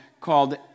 called